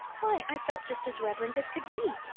why, i felt just as reverent as could be.